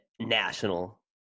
national